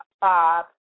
Bob